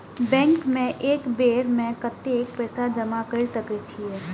Bank में एक बेर में कतेक पैसा जमा कर सके छीये?